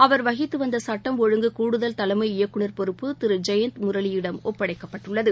அவர் வகித்துவந்தசட்டம் ஒழுங்கு கூடுதல் தலைமை இயக்குநர் பொறுப்பு திருஜெயந்த் முரளியிடம் ஒப்படைக்கப்பட்டுள்ளது